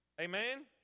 Amen